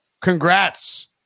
congrats